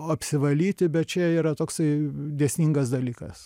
apsivalyti bet čia yra toksai dėsningas dalykas